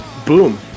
boom